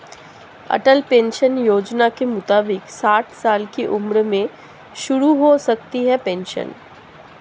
अटल pension Yojana के मुताबिक साठ साल की उम्र में शुरू हो सकती है पेंशन